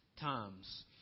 times